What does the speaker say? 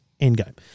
Endgame